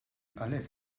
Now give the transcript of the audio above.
għalhekk